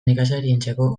nekazariarentzako